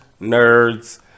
nerds